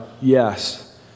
Yes